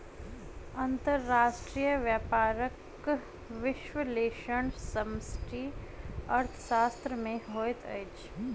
अंतर्राष्ट्रीय व्यापारक विश्लेषण समष्टि अर्थशास्त्र में होइत अछि